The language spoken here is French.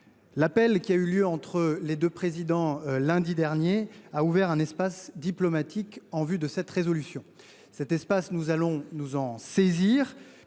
L’appel qui a eu lieu entre les deux présidents, lundi dernier, a ouvert un espace diplomatique en vue de cette résolution. Cet espace, nous allons nous en saisir,